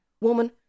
Woman